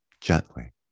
gently